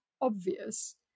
obvious